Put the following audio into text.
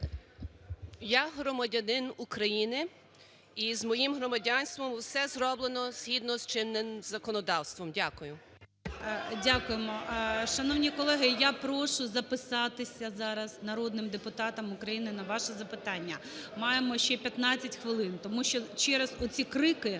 – громадянин України, і з моїм громадянством все зроблено згідно з чинним законодавством. Дякую. ГОЛОВУЮЧИЙ. Дякуємо. Шановні колеги, я прошу записатись зараз народним депутатам України на ваші запитання. Маємо ще 15 хвилин. Тому що через оці крити